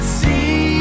see